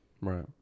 right